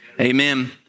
Amen